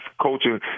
coaching